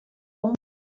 اون